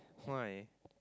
why